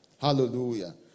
hallelujah